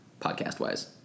podcast-wise